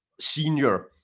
Senior